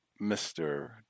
Mr